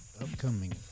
upcoming